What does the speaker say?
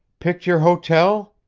picked your hotel?